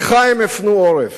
לך הם הפנו עורף,